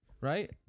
right